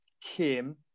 Kim